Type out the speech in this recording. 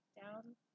down